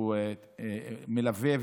שהוא מלווה,